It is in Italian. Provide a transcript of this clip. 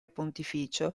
pontificio